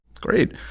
Great